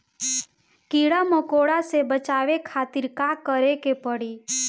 कीड़ा मकोड़ा से बचावे खातिर का करे के पड़ी?